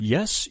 Yes